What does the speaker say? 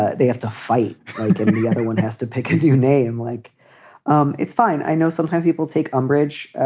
ah they have to fight like any other one has to pick ah your name like um it's fine. i know sometimes people take umbrage.